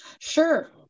Sure